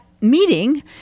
meeting